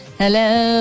hello